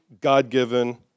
God-given